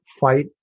fight